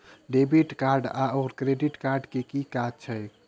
Debit card आओर credit card केँ की काज छैक?